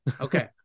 Okay